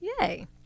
Yay